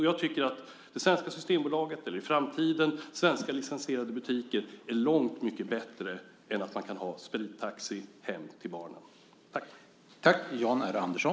Jag tycker att det svenska Systembolaget, eller i framtiden svenska licensierade butiker, är långt mycket bättre än sprittaxi som kör hem till barnen.